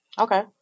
Okay